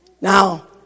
now